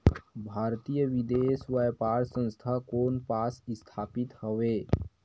भारतीय विदेश व्यापार संस्था कोन पास स्थापित हवएं?